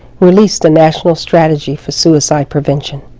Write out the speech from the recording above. released the national strategy for suicide prevention.